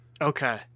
Okay